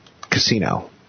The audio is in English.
casino